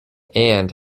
and